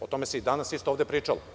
O tome se danas isto ovde pričalo.